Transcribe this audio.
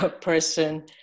person